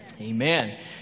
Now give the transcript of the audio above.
Amen